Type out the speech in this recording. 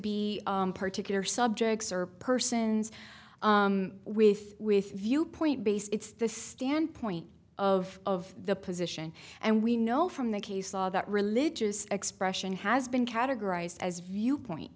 be particular subjects or persons with with viewpoint base it's the standpoint of the position and we know from the case law that religious expression has been categorized as viewpoint